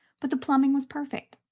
but the plumbing was perfect.